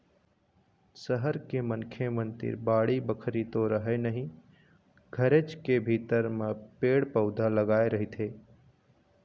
सहर के मनखे मन तीर बाड़ी बखरी तो रहय नहिं घरेच के भीतर म पेड़ पउधा लगाय रहिथे